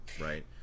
right